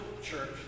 church